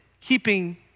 keeping